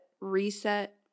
reset